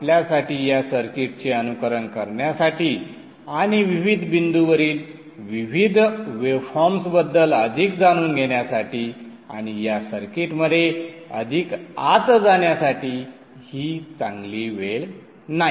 आपल्यासाठी या सर्किटचे अनुकरण करण्यासाठी आणि विविध बिंदूंवरील विविध वेवफॉर्म्सबद्दल अधिक जाणून घेण्यासाठी आणि या सर्किटमध्ये अधिक आत जाण्यासाठी ही चांगली वेळ नाही